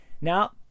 Now